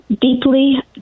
deeply